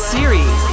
Series